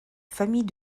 famille